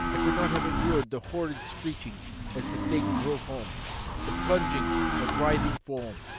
i could not have endured the horrid screeching as the stake drove home the plunging of writhing form,